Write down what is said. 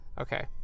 Okay